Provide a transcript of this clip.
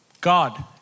God